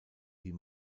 die